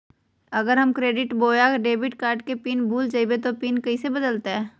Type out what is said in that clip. अगर हम क्रेडिट बोया डेबिट कॉर्ड के पिन भूल जइबे तो पिन कैसे बदलते?